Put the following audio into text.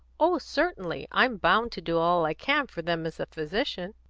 oh, certainly. i'm bound to do all i can for them as a physician.